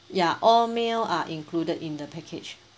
ya all meal are included in the package